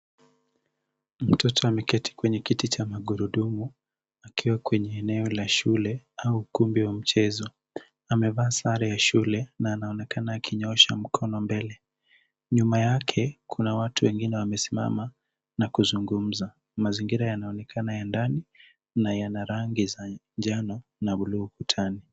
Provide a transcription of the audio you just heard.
Mtoto ameketi kwenye kiti cha magurudumu akiwa kwenye eneo la shule au ukumbi wa michezo. Amevaa sare ya shule na anaonekana akinyoosha mkono mbele. Nyuma yake, kuna watu wengine wamesimama na kuzungumza. Mazingira yanaonekana ya ndani na yana rangi za njano na buluu ukutani.